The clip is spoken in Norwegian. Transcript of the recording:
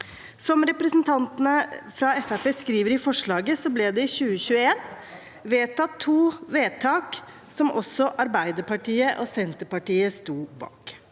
Som representantene fra Fremskrittspartiet skriver i forslaget, ble det i 2021 gjort to vedtak som også Arbeiderpartiet og Senterpartiet sto bak.